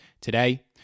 Today